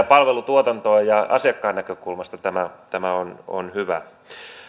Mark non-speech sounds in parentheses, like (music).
(unintelligible) palvelutuotantoa ja asiakkaan näkökulmasta tämä tämä on on hyvä